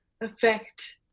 affect